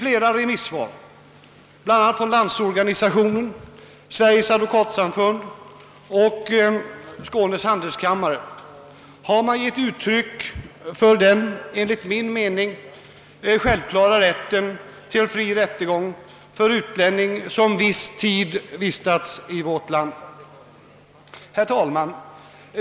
Flera remissinstanser, bl.a. LO, Sveriges advokatsamfund och Skånes handelskammare, framhöll den enligt min mening självklara rätten till fri rättegång för utlänning .som viss tid vistats i vårt land. Herr talman!